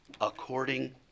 according